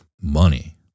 money